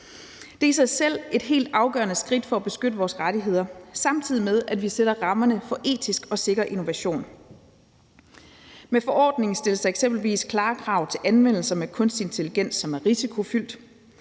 Det er i sig selv et helt afgørende skridt for at beskytte vores rettigheder, samtidig med at vi sætter rammerne for etisk og sikker innovation. Med forordningen stilles der eksempelvis klare krav til anvendelse af kunstig intelligens, som er risikofyldt.